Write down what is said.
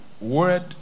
word